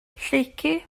lleucu